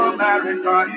America